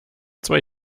zwei